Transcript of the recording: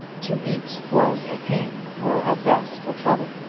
to eat was a pain, or at best a trouble.